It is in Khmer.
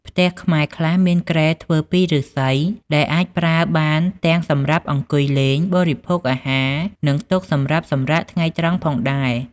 ផ្ទះខ្មែរខ្លះមានគ្រែធ្វើពីឫស្សី ដែលអាចប្រើបានទាំងសម្រាប់អង្កុយលេង បរិភោគអាហារ និងទុកសម្រាប់សម្រាកថ្ងៃត្រង់ផងដែរ។